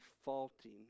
defaulting